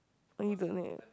what you doing there